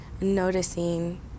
noticing